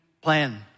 plan